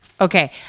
Okay